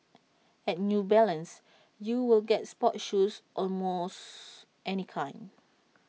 at new balance you will get sports shoes almost any kind